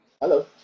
Hello